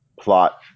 plot